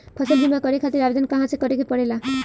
फसल बीमा करे खातिर आवेदन कहाँसे करे के पड़ेला?